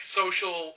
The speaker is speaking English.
social